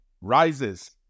rises